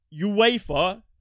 UEFA